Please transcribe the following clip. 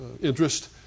interest